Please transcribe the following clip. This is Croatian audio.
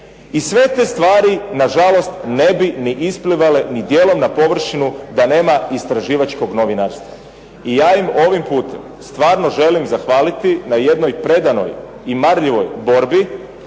I sve te stvari nažalost ni isplivale ni djelom na površinu da nema istraživačkog novinarstva. I ja im ovim putem stvarno želim zahvaliti na jednoj predanoj i marljivoj borbi